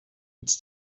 its